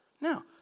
Now